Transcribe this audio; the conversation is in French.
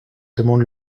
demande